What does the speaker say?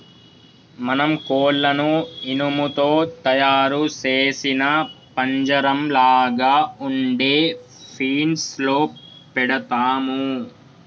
మనం కోళ్లను ఇనుము తో తయారు సేసిన పంజరంలాగ ఉండే ఫీన్స్ లో పెడతాము